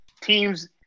teams